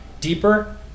deeper